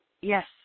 yes